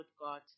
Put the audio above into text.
God